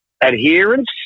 adherence